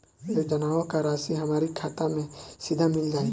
योजनाओं का राशि हमारी खाता मे सीधा मिल जाई?